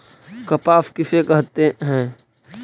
कपास किसे कहते हैं?